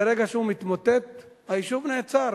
ברגע שהוא מתמוטט, היישוב נעצר.